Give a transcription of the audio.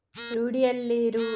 ರೂಢಿಯಲ್ಲಿರುವ ಕೃಷಿ ವಿಧಾನಗಳು ಯಾವುವು?